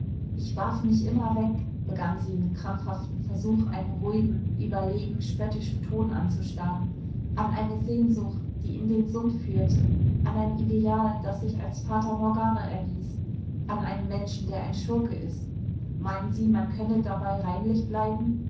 ich warf mich immer weg begann sie mit krampfhaftem versuch einen ruhigen überlegen spöttischen ton anzuschlagen an eine sehnsucht die in den sumpf führte an ein ideal das sich als fata morgana erwies an einen menschen der ein schurke ist meinen sie man könne dabei reinlich bleiben